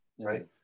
right